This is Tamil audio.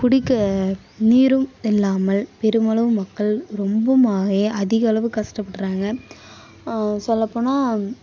குடிக்க நீரும் இல்லாமல் பெருமளவு மக்கள் ரொம்பவுமா அதிகளவு கஷ்டப்படுறாங்க சொல்லப்போனால்